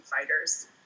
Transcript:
fighters